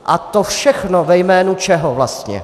A to všechno ve jménu čeho vlastně?